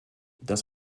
das